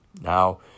Now